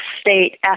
state